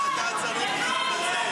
מה קורה פה?